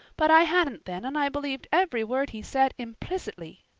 but i hadn't then and i believed every word he said implicitly.